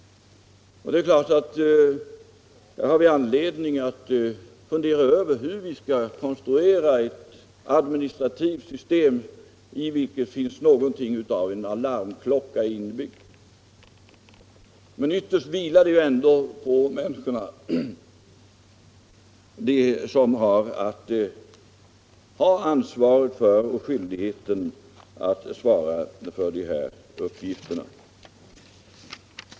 Vi har givetvis anledning att fundera över hur vi skall konstruera ett administrativt system i vilket finns någonting av en alarmklocka inbyggd. Ytterst vilar det ändå på de människor som har att ta ansvaret för och skyldigheten att svara för dessa uppgifter.